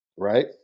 right